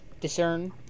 discern